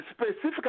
Specifically